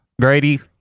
Grady